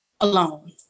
alone